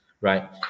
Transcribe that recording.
right